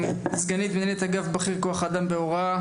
סגנית מנהלת אגף בכיר כוח אדם בהוראה.